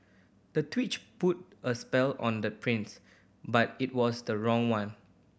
the put a spell on the prince but it was the wrong one